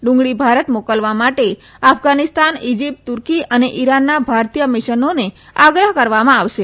ડુંગળી ભારત મોકલવા માટે અફઘાનિસ્તાન ઇજીપ્ત તુર્કી અને ઇરાનના ભારતીય મિશનોને આગ્રહ કરવામાં આવશે